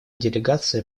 делегация